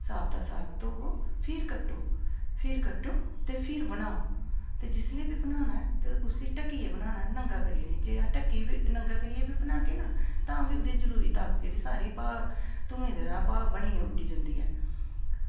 साबता साग धोवो ते फिर कट्टो फिर कट्टो ते फिर बनाओ ते जिसलै बी बनाना ऐ ते उसी ढक्कियै बनाना ऐ नंगा करियै नेईं बनागे ना तां भी ओह् जेह्ड़ी ओह् धूआं जेह्ड़ा भाप बनियै उड्डी जंदा ऐ